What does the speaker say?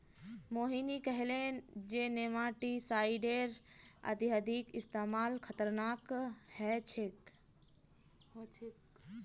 मोहिनी कहले जे नेमाटीसाइडेर अत्यधिक इस्तमाल खतरनाक ह छेक